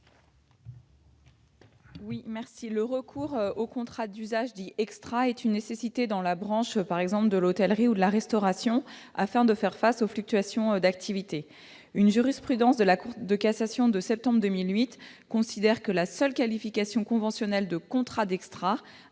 Lavarde. Le recours aux contrats d'usage dits « extras » est une nécessité, par exemple dans la branche de l'hôtellerie et de la restauration, afin de faire face aux fluctuations d'activité. Une jurisprudence de la Cour de cassation de septembre 2008 considère que la seule qualification conventionnelle de « contrat d'extra »